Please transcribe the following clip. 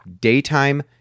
daytime